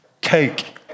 cake